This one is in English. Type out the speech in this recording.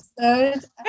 episode